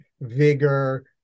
vigor